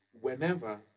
whenever